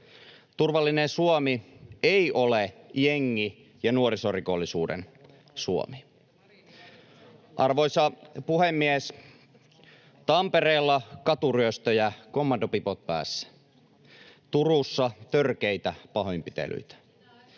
Turvallinen Suomi ei ole jengi- ja nuorisorikollisuuden Suomi. Arvoisa puhemies! Tampereella katuryöstöjä kommandopipot päässä, Turussa törkeitä pahoinpitelyitä,